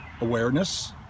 awareness